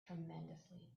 tremendously